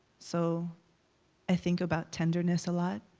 so i think about tenderness a lot.